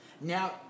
now